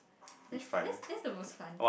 that's the that's that's the most fun